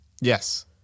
Yes